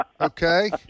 Okay